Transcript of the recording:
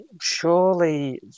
surely